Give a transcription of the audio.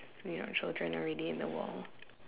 you know children already in the world